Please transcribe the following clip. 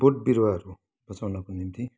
बोट बिरुवाहरू बचाउनको निम्ति